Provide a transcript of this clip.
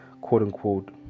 quote-unquote